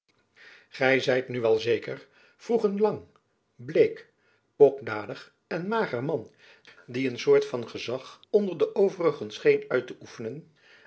gy zijt nu wel zeker vroeg een lang bleek pokdalig en mager man die een soort van gezach onder de overigen scheen uit te oefenen